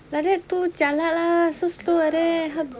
like that do jialat lah so slow like that